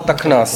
את הקנס.